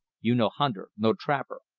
you no hunter, no trapper.